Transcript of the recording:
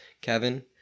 Kevin